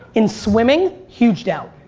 in swimming, huge doubt.